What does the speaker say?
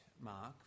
mark